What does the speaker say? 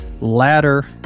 Ladder